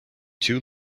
two